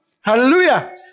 Hallelujah